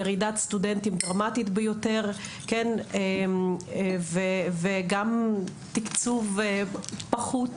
ירידת סטודנטים דרמטית ביותר וגם תקצוב פחות